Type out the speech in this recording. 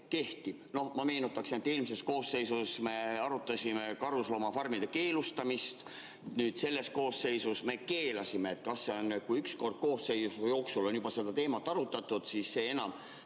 Ma meenutaksin, et eelmises koosseisus me arutasime karusloomafarmide keelustamist, nüüd selles koosseisus me keelasime [need]. Kas see on nii, et kui üks kord koosseisu jooksul on seda teemat arutatud, siis see enam